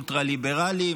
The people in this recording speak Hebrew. אולטרה-ליברליים,